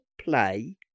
play